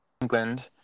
England